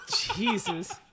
Jesus